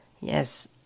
Yes